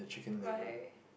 why